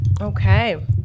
Okay